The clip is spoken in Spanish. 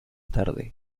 tarde